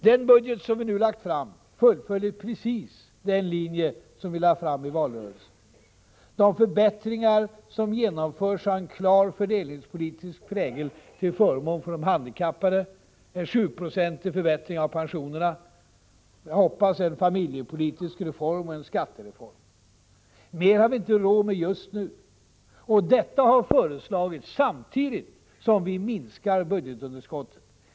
Den budget som vi nu lagt fram fullföljer precis den linje som vi lade fram i valrörelsen. De förbättringar som genomförs har en klar fördelningspolitisk prägel till förmån för de handikappade, en sjuprocentig förbättring av pensionerna, förhoppningsvis en familjepolitisk reform och en skattereform. Mer har vi inte råd med just nu. Detta har föreslagits samtidigt som vi minskar budgetunderskottet.